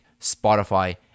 Spotify